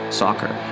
soccer